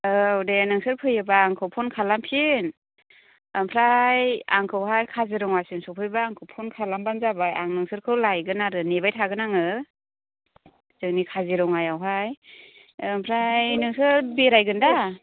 औ दे नोंसोर फैयोबा आंखौ फन खालामफिन ओमफ्राय आंखौहाय काजिरङासिम सौफैबा आंखौ फन खालामबानो जाबाय आं नोंसोरखौ लायगोन आरो नेबाय थागोन आङो जोंनि काजिरङायावहाय ओमफ्राय नोंसोर बेरायगोन दा